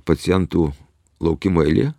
pacientų laukimo eilė